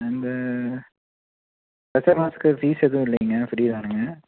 இந்த ஸ்பெஷல் கிளாஸ்க்கு ஃபீஸ் எதுவும் இல்லைங்க ஃப்ரீ தானுங்க